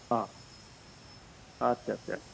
अ आस्सा आस्सा